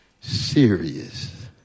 serious